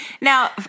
Now